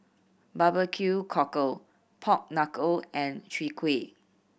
barbecue cockle pork knuckle and Chwee Kueh